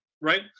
right